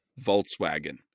Volkswagen